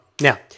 Now